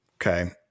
Okay